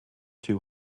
too